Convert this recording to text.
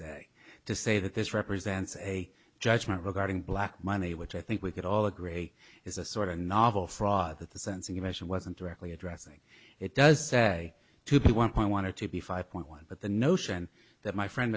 to say that this represents a judgment regarding black money which i think we could all agree is a sort of novel fraud that the sensing invention wasn't directly addressing it does say to be one point wanted to be five point one but the notion that my friend